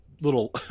little